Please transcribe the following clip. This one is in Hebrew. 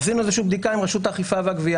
עשינו בדיקה עם רשות האכיפה והגבייה